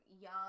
young